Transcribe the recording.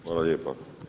Hvala lijepa.